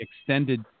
extended